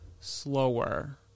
slower